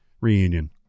reunion